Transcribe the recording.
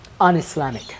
un-Islamic